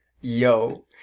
yo